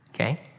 okay